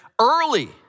early